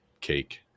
cake